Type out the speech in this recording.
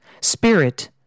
spirit